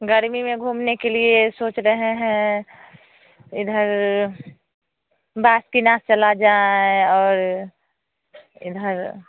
गर्मी मे घूमने के लिए सोच रहे हैं इधर बाखकिना चला जाए और इधर